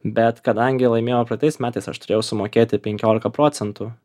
bet kadangi laimėjau praeitais metais aš turėjau sumokėti penkiolika procentų